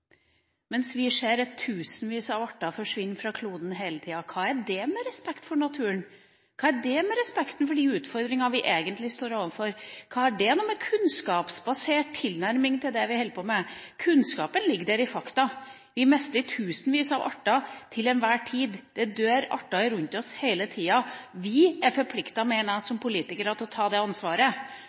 vi at tusenvis av arter forsvinner fra kloden hele tida. Hva har det med respekt for naturen? Hva har det med respekten for de utfordringene vi egentlig står overfor? Hva har det med kunnskapsbasert tilnærming til det vi holder på med? Kunnskapen ligger der i fakta: Vi mister tusenvis av arter til enhver tid. Det dør arter rundt oss hele tida. Vi er forpliktet, mener jeg, som politikere til å ta det ansvaret.